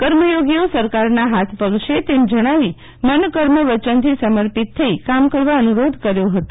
કર્મયોગીઓ સરકારના હાથ પગ છે તેમ જણાવી મન કર્મ વચનથી સમર્પિત થઇ કામ કરવા અનુરોધ કર્યો હતો